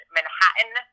Manhattan